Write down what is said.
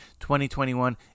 2021